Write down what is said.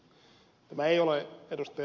tämä ei ole ed